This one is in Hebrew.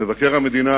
מבקר המדינה